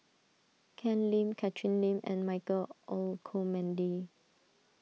Ken Lim Catherine Lim and Michael Olcomendy